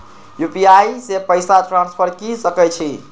UPI से पैसा transfer की सके छी?